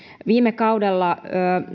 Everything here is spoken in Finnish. viime kaudella